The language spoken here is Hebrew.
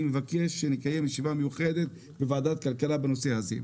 אני מבקש שנקיים ישיבה מיוחדת בוועדת הכלכלה על הנושא הזה.